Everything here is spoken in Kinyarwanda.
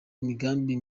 imigambi